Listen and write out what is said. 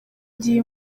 gihe